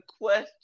question